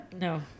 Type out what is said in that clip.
No